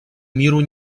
миру